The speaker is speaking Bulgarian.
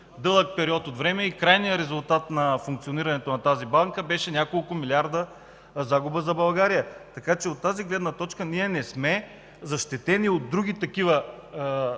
дълъг период от време. Крайният резултат от функционирането на тази банка беше няколко милиарда загуба за България! От тази гледна точка ние не сме защитени от други такива